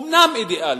אומנם אידיאלית,